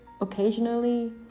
occasionally